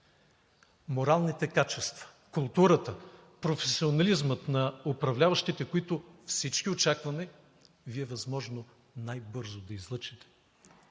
Моралните качества, културата, професионализмът на управляващите, които всички очакваме Вие възможно най-бързо да излъчите,